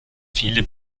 viele